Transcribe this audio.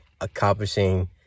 accomplishing